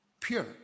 pure